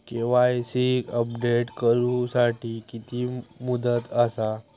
KYC update करू साठी किती मुदत आसा?